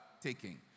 taking